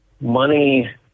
money